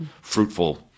fruitful